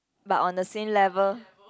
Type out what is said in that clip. but on the same level